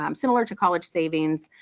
um similar to college savings,